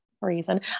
reason